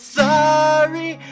sorry